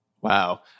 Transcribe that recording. Wow